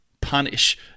Punish